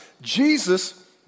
Jesus